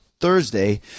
Thursday